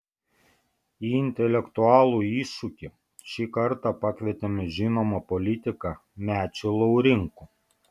į intelektualų iššūkį šį kartą pakvietėme žinomą politiką mečį laurinkų